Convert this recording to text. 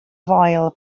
foel